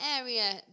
area